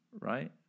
Right